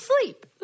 sleep